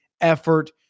effort